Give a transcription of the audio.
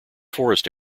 forest